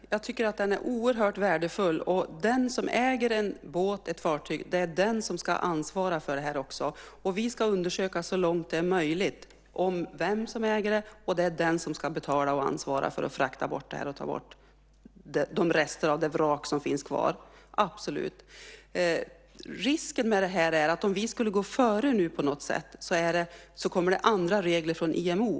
Fru talman! Äganderätten tycker jag är oerhört värdefull. Den som äger en båt, ett fartyg, ska ta ansvaret. Vi ska så långt det är möjligt undersöka vem som är ägaren. Det är ägaren som ska betala och ansvara för att frakta bort resterna av det vrak som finns kvar. Så är det absolut. Risken här är att det, om vi på något sätt skulle gå före, kommer andra regler från IMO.